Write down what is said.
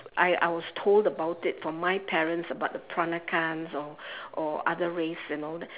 I I was told about it from my parents about the peranakans or or other race and all that